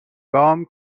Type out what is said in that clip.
گام